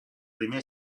primer